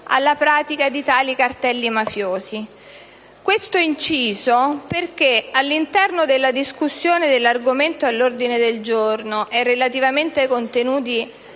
alla pratica di tali cartelli mafiosi. Faccio questo inciso perché, all'interno della discussione dell'argomento all'ordine del giorno e relativamente ai contenuti